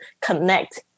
connect